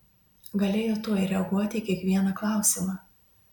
galėjo tuoj reaguoti į kiekvieną klausimą